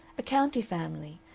a county family,